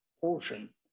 portion